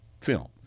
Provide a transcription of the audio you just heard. film